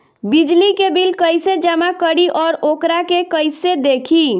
बिजली के बिल कइसे जमा करी और वोकरा के कइसे देखी?